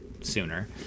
sooner